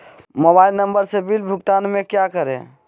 Mobile number से bill भुगतान में क्या करें?